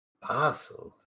Parcel